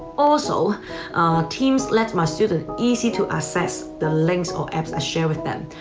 also teams let my student, easy to access the links or apps i share with them.